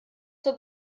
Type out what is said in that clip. zur